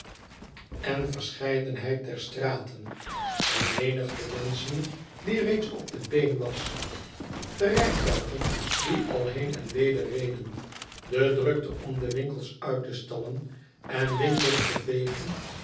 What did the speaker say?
huis denheid der straten de menigte menschen die reeds op de been was de rijtuigen die ai heen en weder reden de drukte om de winkels uit te stallen en winkels te vegen